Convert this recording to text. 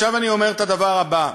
עכשיו אני אומר את הדבר הבא: